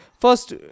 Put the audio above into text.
First